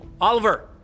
Oliver